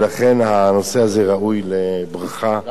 ולכן זה ראוי לברכה שהנושא סוף-סוף הגיע לחקיקה.